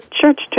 church